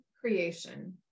creation